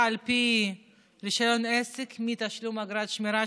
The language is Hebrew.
על פי רישיון עסק מתשלום אגרת שמירה,